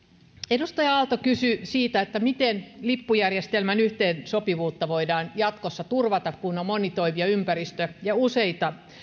edustaja aalto kysyi siitä miten lippujärjestelmän yhteensopivuutta voidaan jatkossa turvata kun on monitoimijaympäristö ja useita